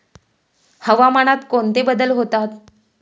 हवामानात कोणते बदल होतात?